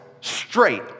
straight